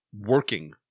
working